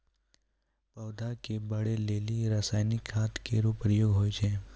पौधा क बढ़ै लेलि रसायनिक खाद केरो प्रयोग होय छै